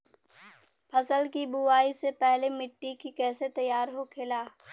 फसल की बुवाई से पहले मिट्टी की कैसे तैयार होखेला?